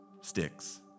sticks